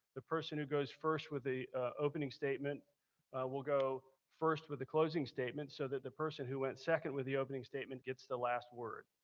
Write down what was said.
the person who goes first with the opening statement will go first with the closing statement so that the person who went second with the opening statement gets the last word,